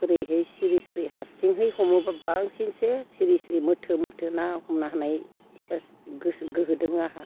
ओरैहाय सिरि सिरि हारसिंहै हमोबा बांसिनसो सिरि सिरि मोथो मोथो ना हमनाय गोहो दङ आंहा